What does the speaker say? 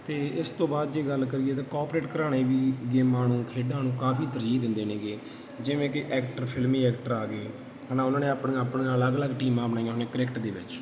ਅਤੇ ਇਸ ਤੋਂ ਬਾਅਦ ਜੇ ਗੱਲ ਕਰੀਏ ਤਾਂ ਕੌਪਰੇਟ ਘਰਾਣੇ ਵੀ ਗੇਮਾਂ ਨੂੰ ਖੇਡਾਂ ਨੂੰ ਕਾਫੀ ਤਰਜੀਹ ਦਿੰਦੇ ਨੇਗੇ ਜਿਵੇਂ ਕਿ ਐਕਟਰ ਫਿਲਮੀ ਐਕਟਰ ਆ ਗਏ ਹੈ ਨਾ ਉਹਨਾਂ ਨੇ ਆਪਣੀਆਂ ਆਪਣੀਆਂ ਅਲੱਗ ਅਲੱਗ ਟੀਮਾਂ ਬਣਾਈਆਂ ਹੁੰਦੀਆਂ ਕ੍ਰਿਕੇਟ ਦੇ ਵਿੱਚ